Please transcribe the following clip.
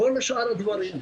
כל שאר הדברים,